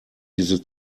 diese